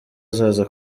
azaza